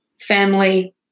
family